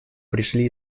пришли